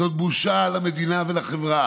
זאת בושה למדינה ולחברה